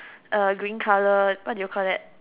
uh green colour what do you call that